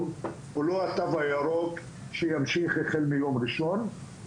הוא לא התו הירוק שימשיך החל מיום ראשון.